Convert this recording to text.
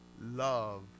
love